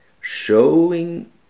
Showing